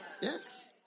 Yes